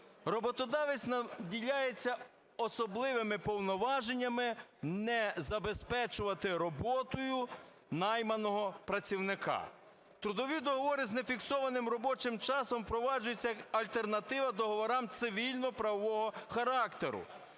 роботодавець наділяється особливими повноваженнями не забезпечувати роботою найманого працівника. Трудові договори з нефіксованим робочим часом впроваджується як альтернатива договорам цивільно-правового характеру.